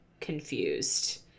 confused